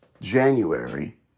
January